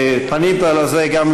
ב"עמוס" זה משודר.